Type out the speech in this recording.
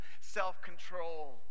self-control